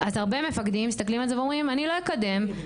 אז הרבה מפקדים מסתכלים על זה ואומרים - אני לא אקדם אותך,